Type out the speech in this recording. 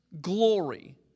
glory